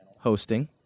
hosting